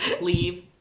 leave